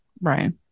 right